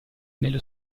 nello